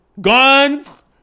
guns